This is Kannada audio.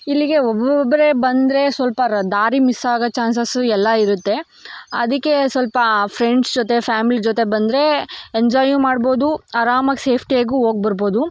ಇಲ್ಲಿಗೆ ಒಬ್ಬೊಬ್ರೆ ಬಂದರೆ ಸ್ವಲ್ಪ ರದ್ ದಾರಿ ಮಿಸ್ ಆಗೋ ಚಾನ್ಸಸ್ಸು ಎಲ್ಲ ಇರುತ್ತೆ ಅದಕ್ಕೆ ಸ್ವಲ್ಪ ಫ್ರೆಂಡ್ಸ್ ಜೊತೆ ಫ್ಯಾಮಿಲಿ ಜೊತೆ ಬಂದರೆ ಎಂಜಾಯೂ ಮಾಡ್ಬೋದು ಆರಾಮಾಗಿ ಸೇಫ್ಟಿಯಾಗೂ ಹೋಗ್ ಬರ್ಬೋದು